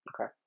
okay